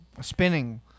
spinning